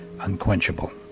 unquenchable